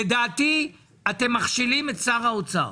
לדעתי אתם מכשילים את שר האוצר,